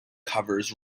covers